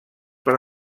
per